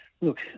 look